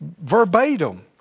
verbatim